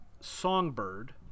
Songbird